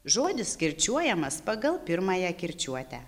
žodis kirčiuojamas pagal pirmąją kirčiuotę